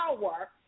power